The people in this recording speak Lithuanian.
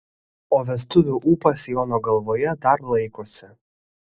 o vestuvių ūpas jono galvoje dar laikosi